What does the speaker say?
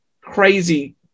crazy